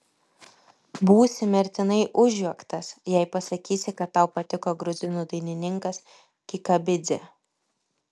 būsi mirtinai užjuoktas jei pasakysi kad tau patiko gruzinų dainininkas kikabidzė